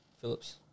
Phillips